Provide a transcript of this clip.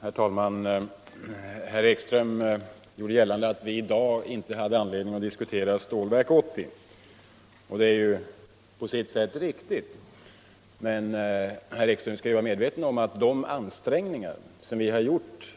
Herr talman! Herr Ekström gjorde gällande att vi i dag inte hade anledning att diskutera Stålverk 80. Det är på sitt sätt riktigt. Men herr Ekström skall vara medveten om de ansträngningar vi har gjort